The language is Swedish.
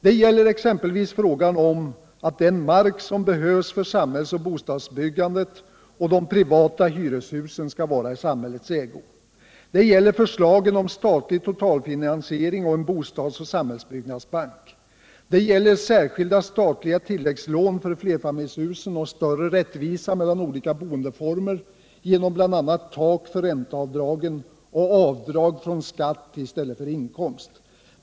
Det gäller exempelvis frågan om att den mark som behövs för samhiällsoch bostadsbyggandet och de privata hyreshusen skall vara i samhällets ägo. Det gäller förslagen om statlig totalfinansiering och cen bostads och samhällsbyggnadsbank. Det gäller särskilda statliga tilläggslån för flerfamiljshusen och större rättvisa mellan olika boendeformer genom bl.a. tak för räntcavdragen och avdrag från skatt i stället för från inkomst.